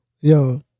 yo